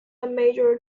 major